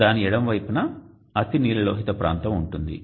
దాని ఎడమ వైపున "అతినీలలోహిత ప్రాంతం" ఉంటుంది